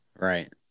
Right